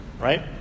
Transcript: Right